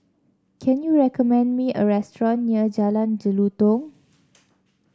can you recommend me a restaurant near Jalan Jelutong